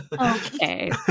okay